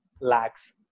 lacks